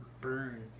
burn